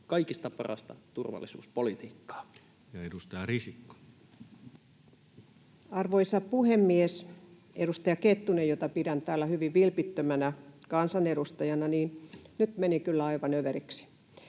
kaikista parasta turvallisuuspolitiikkaa. Edustaja Risikko. Arvoisa puhemies! Edustaja Kettunen, jota pidän täällä hyvin vilpittömänä kansanedustajana, nyt meni kyllä aivan överiksi.